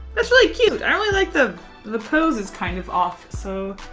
that's really cute. i really like the the pose is kind of off so.